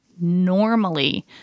normally